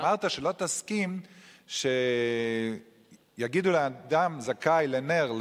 אמרת שלא תסכים שיגידו לאדם זכאי לנ"ר,